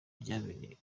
ryabereye